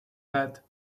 said